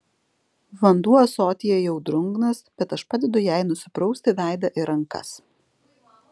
vanduo ąsotyje jau drungnas bet aš padedu jai nusiprausti veidą ir rankas